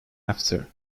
after